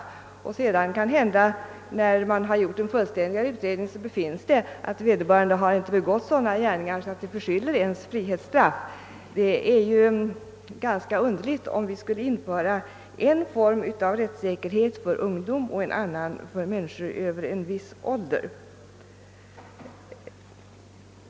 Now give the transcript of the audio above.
Det kan då hända att man sedan, när man har gjort en fullständigare utredning, finner att han inte har begått sådana gärningar att de förskyller ens frihetsstraff. Det vore ju ganska underligt om vi skulle införa en form av rättssäkerhet för ungdom och en annan för människor över en viss ålder.